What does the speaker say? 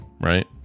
right